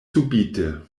subite